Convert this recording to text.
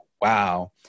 wow